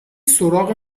سراغ